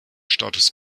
status